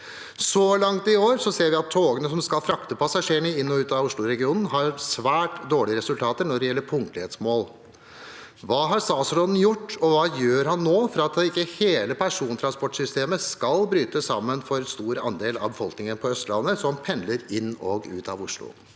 Så langt i år ser vi at togene som skal frakte passasjerer inn og ut av Oslo-regionen, har svært dårlige resultater når det gjelder punktlighetsmål. Hva har statsråden gjort, og hva gjør han nå for at ikke hele persontransportsystemet skal bryte sammen for en stor andel av befolkningen på Østlandet, som pendler inn og ut av Oslo?